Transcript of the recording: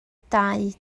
dau